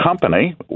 company